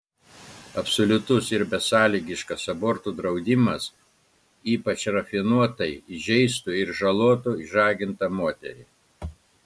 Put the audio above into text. absoliutus ir besąlygiškas abortų draudimas ypač rafinuotai žeistų ir žalotų išžagintą moterį